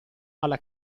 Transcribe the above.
alla